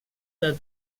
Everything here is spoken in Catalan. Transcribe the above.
del